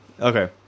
Okay